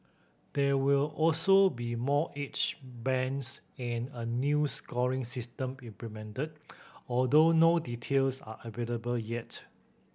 there will also be more age bands and a new scoring system implemented although no details are available yet